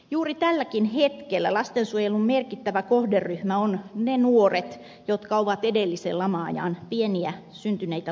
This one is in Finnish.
juuri tälläkin hetkellä lastensuojelun merkittävä kohderyhmä on ne nuoret jotka olivat edellisen laman aikaan pieniä juuri syntyneitä lapsia